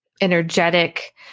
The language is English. energetic